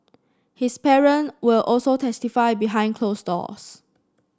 his parent will also testify behind closed doors